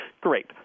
Great